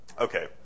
Okay